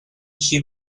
she